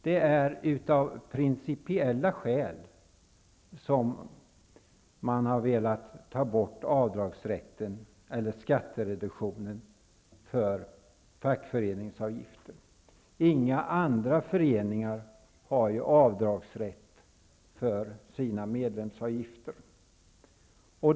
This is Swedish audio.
Det är av principiella skäl som man har velat ta bort skattereduktionen för fackföreningsavgifter. Inga andra föreningar har ju avdragsrätt för sina medlemsavgifter.